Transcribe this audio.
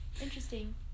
Interesting